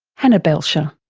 hannah belcher.